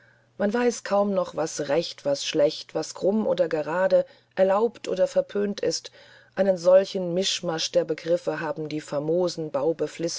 man weiß kaum noch was recht was schlecht was krumm oder gerade erlaubt oder verpönt ist einen solchen mischmasch der begriffe haben die famosen